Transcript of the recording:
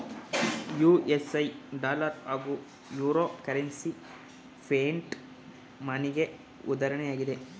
USA dollar ಹಾಗೂ euro currency fiat ಮನಿಗೆ ಉದಾಹರಣೆಯಾಗಿದೆ